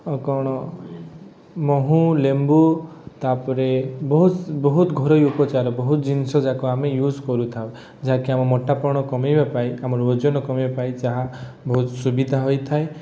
କ'ଣ ମହୁ ଲେମ୍ବୁ ତା'ପରେ ବହୁତ ବହୁତ ଘରୋଇ ଉପଚାର ବହୁତ ଜିନିଷ ଯାକ ଆମେ ଇଉଜ୍ କରିଥାଉ ଯାହାକି ଆମ ମୋଟାପଣ କମାଇବା ପାଇଁ ଆମର ଓଜନ କମାଇବା ପାଇଁ ଯାହା ବହୁତ ସୁବିଧା ହୋଇଥାଏ